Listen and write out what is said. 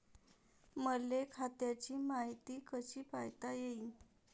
मले खात्याची मायती कशी पायता येईन?